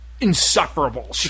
insufferable